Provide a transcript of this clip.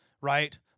right